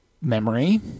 memory